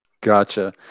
Gotcha